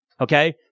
Okay